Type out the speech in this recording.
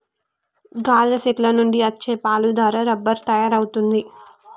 గాదె సెట్ల నుండి అచ్చే పాలు దారా రబ్బరు తయారవుతుంది